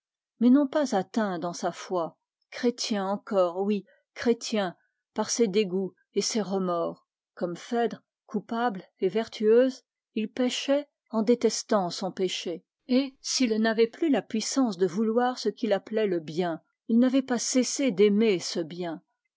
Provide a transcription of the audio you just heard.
mais non pas atteint dans sa foi chrétien encore oui chrétien pas ses dégoûts et ses remords comme phèdre coupable et vertueuse il péchait en détestant son péché et s'il n'avait plus la puissance de vouloir ce qu'il appelait le bien il n'avait pas cessé d'aimer ce bien